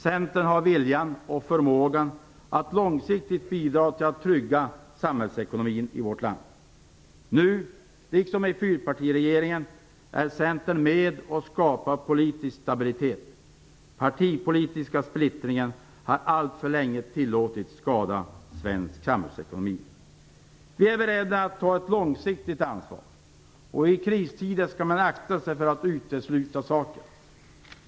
Centern har viljan och förmågan att långsiktigt bidra till att trygga samhällsekonomin i vårt land. Nu liksom i fyrpartiregeringen är Centern med och skapar politisk stabilitet. Den partipolitiska splittringen har alltför länge tillåtits skada svensk samhällsekonomi. Vi är beredda att ta ett långsiktigt ansvar. I kristider skall man akta sig för att utesluta saker.